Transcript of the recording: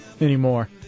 anymore